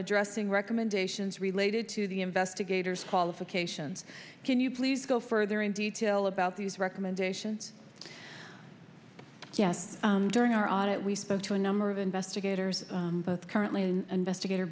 addressing recommendations related to the investigators qualifications can you please go further in detail about these recommendations yes during our audit we spoke to a number of investigators both currently in investigator